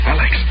Alex